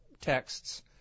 texts